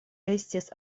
estis